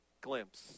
glimpse